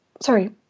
sorry